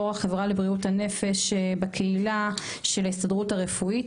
יו"ר החברה לבריאות הנפש בקהילה של ההסתדרות הרפואית,